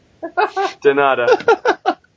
Donada